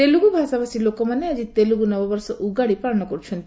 ତେଲୁଗୁ ଭାଷାଭାଷୀ ଲୋକମାନେ ଆଜି ତେଲୁଗୁ ନବବର୍ଷ ଉଗାଡ଼ି ପାଳନ କରୁଛନ୍ତି